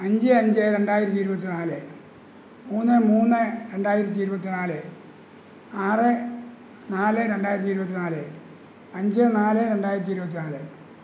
അഞ്ച് അഞ്ച് രണ്ടായിരത്തി ഇരുപത്തി നാല് മൂന്ന് മൂന്ന് രണ്ടായിരത്തി ഇരുപത്തി നാല് ആറ് നാല് രണ്ടായിരത്തി ഇരുപത്തി നാല് അഞ്ച് നാല് രണ്ടായിരത്തി ഇരുപത്തി നാല്